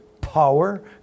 power